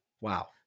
wow